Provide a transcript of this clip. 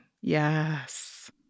Yes